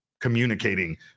communicating